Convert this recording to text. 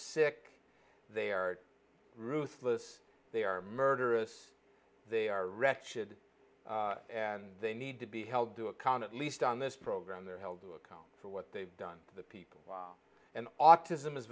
sick they are ruthless they are murderous they are wretched and they need to be held to account at least on this program they're held to account for what they've done the people and autism is